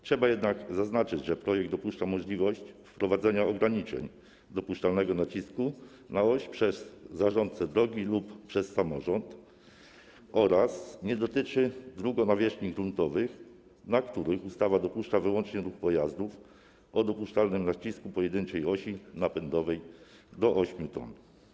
Trzeba jednak zaznaczyć, że projekt dopuszcza możliwość wprowadzenia ograniczeń dopuszczalnego nacisku na oś przez zarządcę drogi lub przez samorząd oraz nie dotyczy dróg o nawierzchni gruntowej, na których ustawa dopuszcza wyłącznie ruch pojazdów o dopuszczalnym nacisku pojedynczej osi napędowej do 8 t.